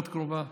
מאוד קרובה.